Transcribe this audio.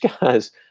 guys